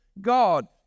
God